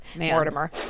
Mortimer